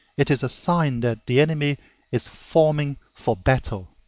it is a sign that the enemy is forming for battle.